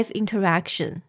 interaction